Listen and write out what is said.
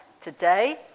today